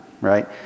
right